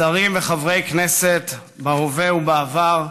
שרים וחברי כנסת בהווה ובעבר,